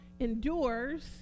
endures